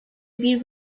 bir